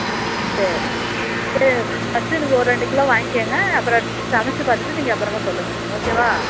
ஆ சரி சரி ஃபர்ஸ்ட்டு நீங்கள் ஒரு ரெண்டு கிலோ வாங்கிக்கங்க அப்புறம் சமைச்சி பார்த்துட்டு நீங்கள் அப்புறமா சொல்லுங்கள் ஓகேவா